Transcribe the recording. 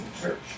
church